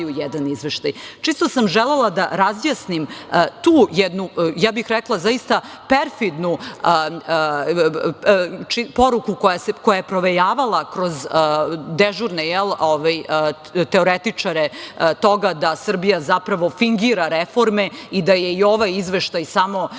jedan izveštaj. Čisto sam želela da razjasnim tu jednu, ja bih rekla, zaista perfidnu poruku koja je provejavala kroz dežurne teoretičare toga da Srbija zapravo fingira reforme i da je i ovaj izveštaj samo